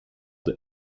told